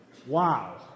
Wow